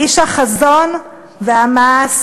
איש החזון והמעש